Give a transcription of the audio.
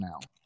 now